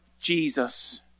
Jesus